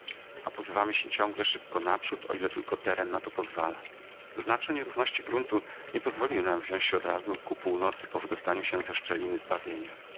a posuwamy się ciągle szybko naprzód o ile tylko teren na to pozwala znaczne nierówności gruntu nie pozwoliły nam wziąć się odrazu ku północy po wydostaniu się ze szczeliny zbawienia